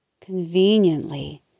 conveniently